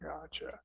Gotcha